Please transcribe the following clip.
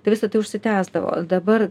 tai visa tai užsitęsdavo dabar